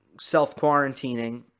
self-quarantining